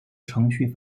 程序